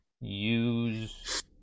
Use